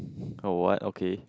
oh what okay